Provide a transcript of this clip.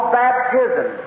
baptism